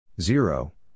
Zero